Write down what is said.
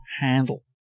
handle